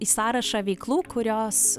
į sąrašą veiklų kurios